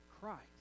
Christ